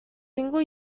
single